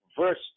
verse